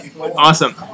Awesome